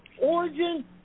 origin